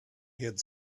had